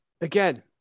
again